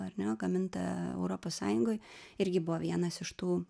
ar ne gaminta europos sąjungoj irgi buvo vienas iš tų